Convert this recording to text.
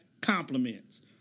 compliments